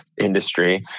industry